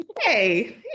Hey